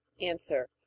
Answer